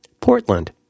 Portland